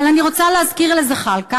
אבל אני רוצה להזכיר לזחאלקה,